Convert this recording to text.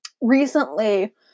recently